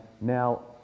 now